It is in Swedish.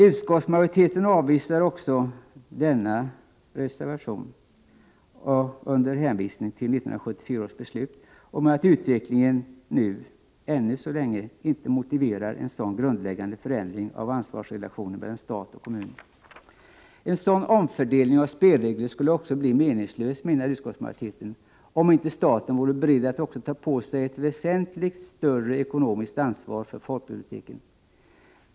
Utskottsmajoriteten avvisar den uppföljande reservationen 5 under hänvisning till 1974 års beslut och till att utvecklingen ännu inte motiverar en sådan grundläggande förändring av ansvarsrelationen mellan stat och kommun. En sådan omfördelning av spelreglerna skulle bli meningslös, menar utskottsmajoriteten, om inte staten vore beredd att också ta på sig ett väsentligt större ekonomiskt ansvar för folkbiblioteken.